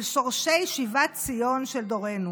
אל שורשי שיבת ציון של דורנו.